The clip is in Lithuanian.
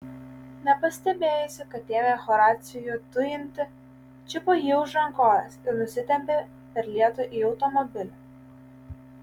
nepastebėjusi kad ėmė horacijų tujinti čiupo jį už rankovės ir nusitempė per lietų į automobilį